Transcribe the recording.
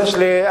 אז יש לי,